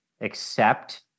accept